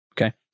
okay